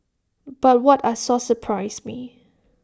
but what I saw surprised me